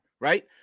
right